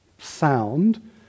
sound